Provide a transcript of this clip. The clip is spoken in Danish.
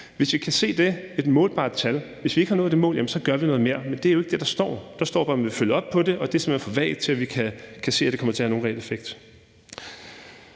hvis vi ikke har nået det mål, gør vi noget mere, men det er jo ikke det, der står. Der står bare, at man vil følge op på det, og det er simpelt hen for vagt til, at vi kan se, at det kommer til at have nogen reel effekt.